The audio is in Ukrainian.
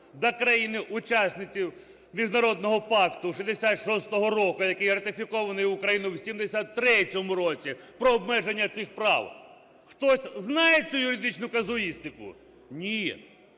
та країни-учасниці Міжнародного пакту 66-го року, який ратифікований Україною у 73-му році, про обмеження цих прав. Хтось знає цю юридичну казуїстику? Ні.